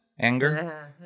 anger